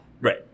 Right